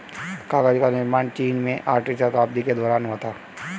कागज का निर्माण चीन में आठवीं शताब्दी के दौरान हुआ था